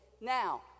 Now